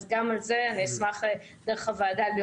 אז גם על זה אני אשמח דרך הוועדה להיות